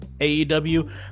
AEW